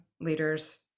leaders